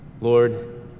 Lord